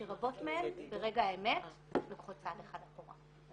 שרבות מהן ברגע האמת לוקחות צעד אחד אחורה.